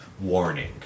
warning